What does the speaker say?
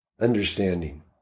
understanding